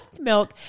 Milk